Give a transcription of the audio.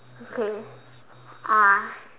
okay ah